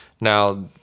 Now